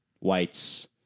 whites